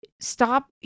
Stop